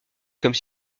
comme